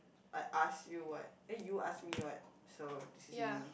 I ask you what eh you ask me what so this is me